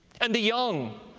and the young,